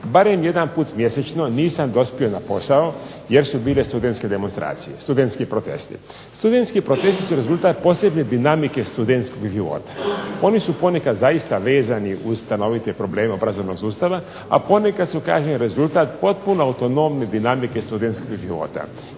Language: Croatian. barem jedan puta mjesečno nisam dospio na posao jer su bile studentske demonstracije, studentski protesti. Studentski protesti su rezultat posljednje dinamike studentskog života. Oni su ponekad zaista vezani uz stanovite probleme obrazovnog sustava, a ponekad su kažem rezultat potpuno autonomne dinamike studenskog života